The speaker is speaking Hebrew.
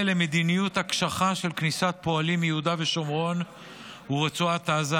למדיניות הקשחה של כניסת פועלים מיהודה ושומרון ורצועת עזה,